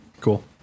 Cool